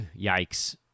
yikes